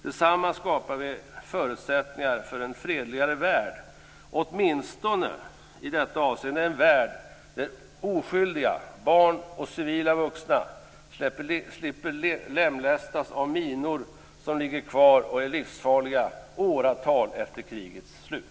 Tillsammans skapar vi förutsättningar för en fredligare värld, åtminstone i detta avseende i en värld där oskyldiga barn och civila vuxna slipper lemlästas av minor som ligger kvar och är livsfarliga åratal efter krigets slut.